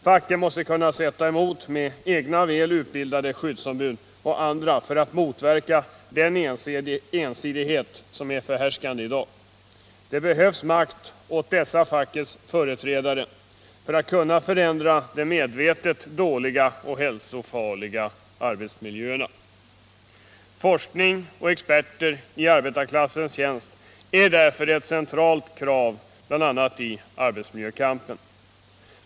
Facket måste kunna sätta emot med egna väl utbildade skyddsombud och andra för att motverka den ensidighet som är förhärskande i dag. Det behövs makt åt dessa fackets företrädare för att man skall kunna förändra de medvetet dåliga och hälsofarliga arbetsmiljöerna. Forskning och experter i arbetarklassens tjänst är därför ett centralt krav bl.a. i arbetsmiljökampen.